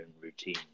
routine